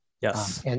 Yes